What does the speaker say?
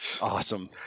Awesome